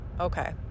okay